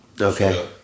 Okay